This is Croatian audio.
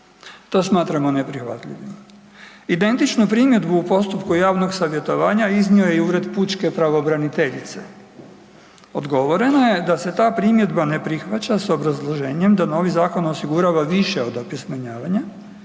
To smatramo neprihvatljivim. Identičnu primjedbu u postupu javnog savjetovanja iznio je i Ured pučke pravobraniteljice. Odgovoreno je da se ta primjedba ne prihvaća s obrazloženjem da novi zakon osigurava više od opismenjavanja